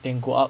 then go up